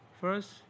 First